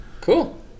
Cool